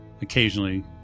occasionally